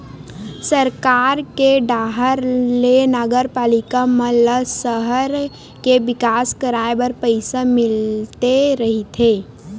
सरकार के डाहर ले नगरपालिका मन ल सहर के बिकास कराय बर पइसा मिलते रहिथे